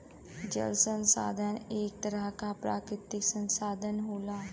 जल संसाधन एक तरह क प्राकृतिक संसाधन होला